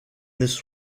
this